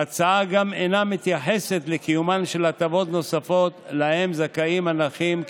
ההצעה אינה מתייחסת לקיומן של הטבות נוספות שהנכים זכאים להם,